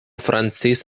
francis